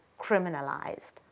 criminalized